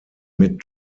mit